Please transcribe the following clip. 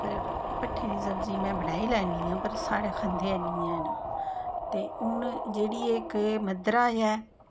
पर भट्ठें दी सब्जी में बनाई लैन्नी आं पर साढ़े खंदे हैन्नी हैन ते हून जेह्ड़ी एह् इक मद्धरा ऐ